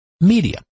media